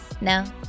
No